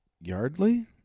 Yardley